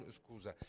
scusa